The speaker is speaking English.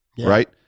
Right